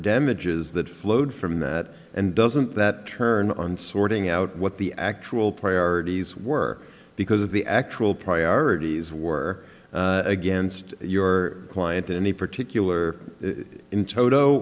damaged is that flowed from that and doesn't that turn on sorting out what the actual priorities were because of the actual priorities were against your client and in particular in toto